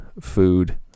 food